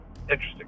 interesting